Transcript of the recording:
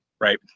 right